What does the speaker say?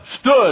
stood